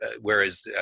whereas